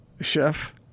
Chef